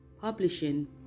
Publishing